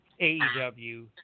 AEW